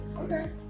Okay